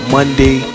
Monday